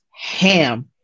ham